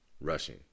rushing